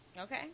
okay